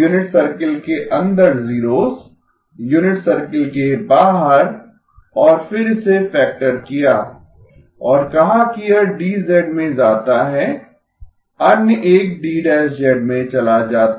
unit circle के अंदर zeros unit circle के बाहर और फिर इसे फैक्टर किया और कहा कि यह D में जाता है अन्य एक में चला जाता है